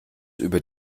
über